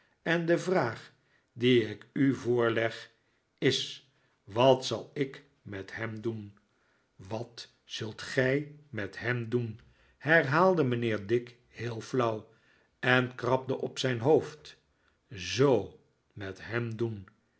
en de vraag die ik u voorleg is wat zal ik met hem doen wat zult gij met hem doen herhaalde mijnheer dick heel flauw en krabde op zijn hoofd zoo met hem doen